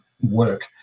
work